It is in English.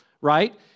right